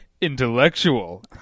intellectual